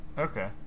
okay